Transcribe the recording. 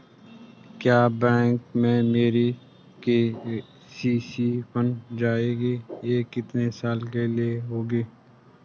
क्या बैंक में मेरी के.सी.सी बन जाएगी ये कितने साल के लिए होगी?